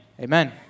Amen